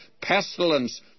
pestilence